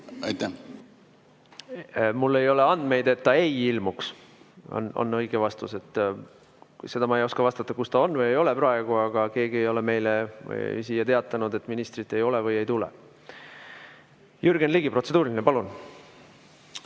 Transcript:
Mul ei ole andmeid, et ta ei ilmuks, on õige vastus. Seda ma ei oska vastata, kus ta praegu on või ei ole, aga keegi ei ole meile teatanud, et ministrit ei ole või ei tule. Jürgen Ligi, protseduuriline, palun!